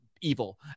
evil